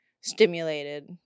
stimulated